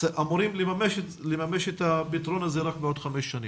אמורים לממש את הפתרון הזה רק בעוד חמש שנים.